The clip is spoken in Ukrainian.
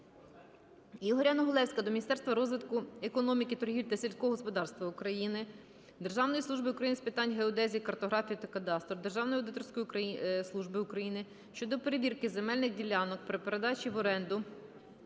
Ігоря Негулевського до Міністерства розвитку економіки, торгівлі та сільського господарства України, Державної служби України з питань геодезії, картографії та кадастру, Державної аудиторської служби України щодо перевірки земельних ділянок при передачі в оренду